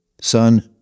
Son